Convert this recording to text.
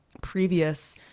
previous